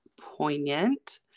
poignant